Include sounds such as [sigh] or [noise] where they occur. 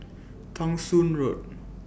[noise] Thong Soon Road